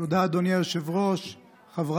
תודה, אדוני יושב-ראש הכנסת.